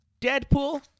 Deadpool